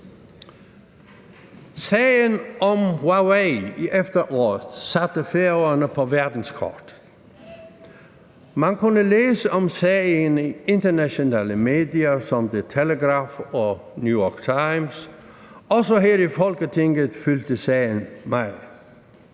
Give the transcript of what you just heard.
Sagen om Huawei i efteråret satte Færøerne på verdenskortet. Man kunne læse om sagen i internationale medier som The Telegraph og New York Times. Også her i Folketinget fyldte sagen meget.